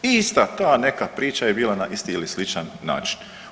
I ista ta neka priča je bila na isti ili sličan način.